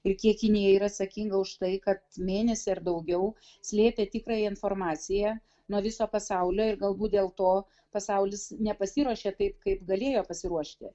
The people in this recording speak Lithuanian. ir kiek kinija yra atsakinga už tai kad mėnesį ar daugiau slėpė tikrąją informaciją nuo viso pasaulio ir galbūt dėl to pasaulis nepasiruošė taip kaip galėjo pasiruošti